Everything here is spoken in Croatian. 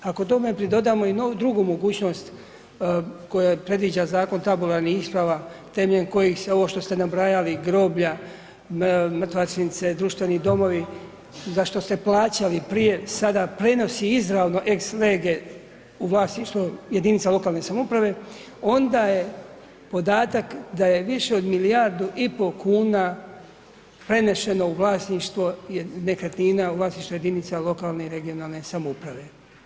Ako tome pridodamo i drugu mogućnost koja predviđa Zakona tabularnih isprava, temeljem kojih se, ovo što ste nabrajali, groblja, mrtvačnice, društveni domovi, za što ste plaćali prije, sada prenosi izravno ex lege u vlasništvo jedinica lokalne samouprave, onda je podatak da je više od milijardu i pol kuna preneseno u vlasništvo nekretnina, u vlasništvo jedinica lokalne i regionalne samouprave.